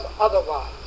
otherwise